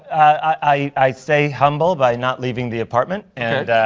i stay humble by not leaving the apartment. and